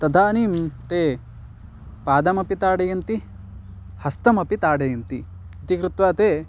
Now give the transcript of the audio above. तदानीं ते पादमपि ताडयन्ति हस्तमपि ताडयन्ति इति कृत्वा ते